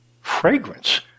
fragrance